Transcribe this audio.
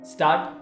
Start